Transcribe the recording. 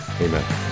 Amen